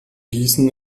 gießen